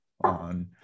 On